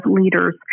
leaders